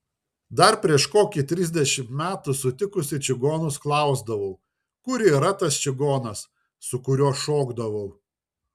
dar prieš kokį trisdešimt metų sutikusi čigonus klausdavau kur yra tas čigonas su kuriuo šokdavau